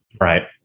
Right